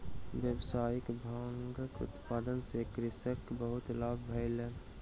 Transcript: व्यावसायिक भांगक उत्पादन सॅ कृषक के बहुत लाभ भेलैन